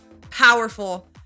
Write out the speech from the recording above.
powerful